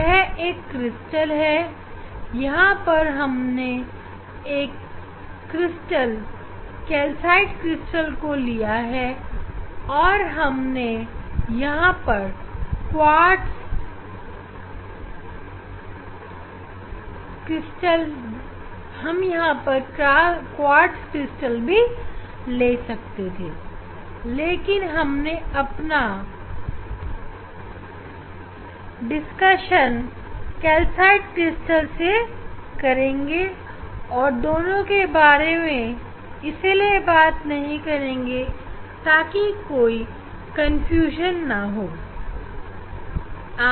यह एक क्रिस्टल है यहां पर हमने एक क्रिस्टल कैल्साइट क्रिस्टल को लिया है हम यहां पर क्वार्ट्ज क्रिस्टल भी ले सकते थे लेकिन हम अपनी संपूर्ण चर्चा कैल्साइट क्रिस्टल से करेंगे और दोनों के बारे में इसीलिए बात नहीं करेंगे ताकि हम किसी भी प्रकार के भ्रम की स्थिति में ना पड़ें